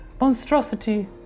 monstrosity